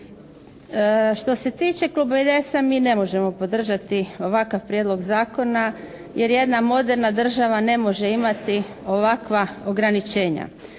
Što se tiče kluba IDS-a, mi ne možemo podržati ovakav prijedlog zakona jer jedna moderna država ne može imati ovakva ograničenja.